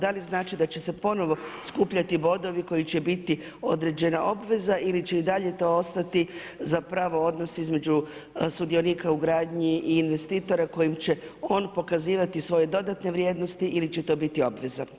Da li znači da će se ponovno skupljati bodovi koji će biti određena obveza ili će i dalje to ostati zapravo odnos između sudionika u gradnji i investitora kojim će on pokazivati svoje dodatne vrijednosti ili će to biti obveza?